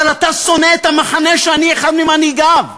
אבל אתה שונא את המחנה שאני אחד ממנהיגיו,